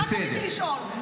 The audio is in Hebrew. רק רציתי לשאול.